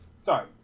sorry